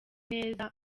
neza